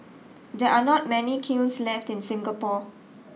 there are not many kilns left in Singapore